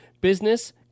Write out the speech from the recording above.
business